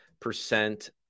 percent